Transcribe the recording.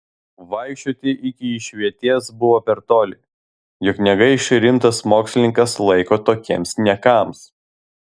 vaikščioti iki išvietės buvo per toli juk negaiš rimtas mokslininkas laiko tokiems niekams